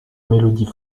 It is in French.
mélodie